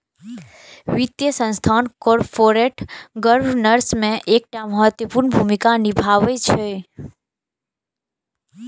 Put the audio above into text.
वित्तीय संस्थान corporate governance मे एकटा महत्वपूर्ण भूमिका निभाबै छै